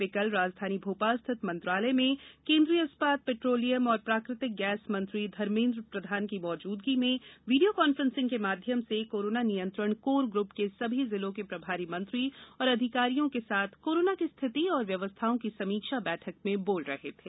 वे कल राजधानी भोपाल स्थित मंत्रालय में केन्द्रीय इस्पात पेट्रोलियम एवं प्राकृतिक गैस मंत्री धर्मेन्द्र प्रधान की मौजूदगी में वीडियो कॉन्फ्रेंसिंग के माध्यम से कोरोना नियंत्रण कोर ग्रप के सभी जिलों के प्रभारी मंत्री और अधिकारियों के साथ कोरोना की स्थिति एवं व्यवस्थाओं की समीक्षा बैठक में बोल रहे थे